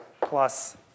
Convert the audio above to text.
plus